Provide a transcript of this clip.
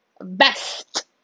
Best